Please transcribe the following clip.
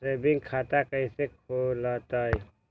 Saving खाता कैसे खुलतई?